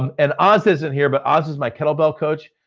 um and oz isn't here but oz is my kettlebell coach.